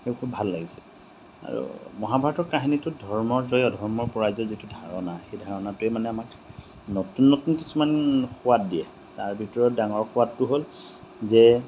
সেইবোৰ খুব ভাল লাগিছে আৰু মহাভাৰতৰ কাহিনীটোত ধৰ্মৰ জয় অধৰ্মৰ পৰাজয় যিটো ধাৰণা সেই ধাৰণাটোৱে মানে আমাক নতুন নতুন কিছুমান সোৱাদ দিয়ে তাৰ ভিতৰত ডাঙৰ সোৱাদটো হ'ল যে